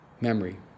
Memory